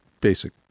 basic